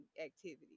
activity